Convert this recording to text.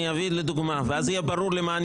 אני אביא דוגמה ואז יהיה ברור למה אני